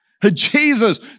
Jesus